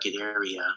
area